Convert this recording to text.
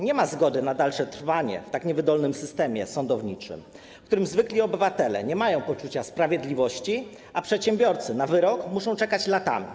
Nie ma zgody na dalsze trwanie w tak niewydolnym systemie sądowniczym, w którym zwykli obywatele nie mają poczucia sprawiedliwości, a przedsiębiorcy na wyrok muszą czekać latami.